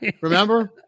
Remember